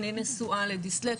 אני נשואה לדיסלקט.